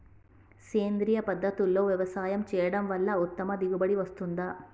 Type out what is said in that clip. సేంద్రీయ పద్ధతుల్లో వ్యవసాయం చేయడం వల్ల ఉత్తమ దిగుబడి వస్తుందా?